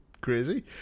crazy